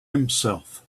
himself